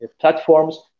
platforms